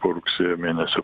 po rugsėjo mėnesio